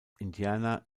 indiana